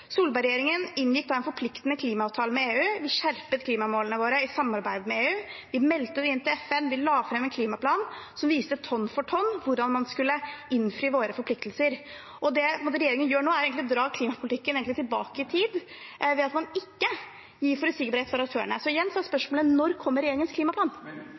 en forpliktende klimaavtale med EU. Vi skjerpet klimamålene våre i samarbeid med EU. Vi meldte det inn til FN. Vi la fram en klimaplan som viste tonn for tonn hvordan man skulle innfri våre forpliktelser. Det regjeringen gjør nå, er egentlig å dra klimapolitikken tilbake i tid ved at man ikke gir forutsigbarhet for aktørene. Igjen er spørsmålet: Når kommer regjeringens klimaplan?